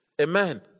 Amen